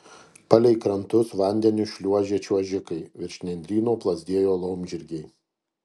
palei krantus vandeniu šliuožė čiuožikai virš nendryno plazdėjo laumžirgiai